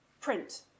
print